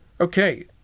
okay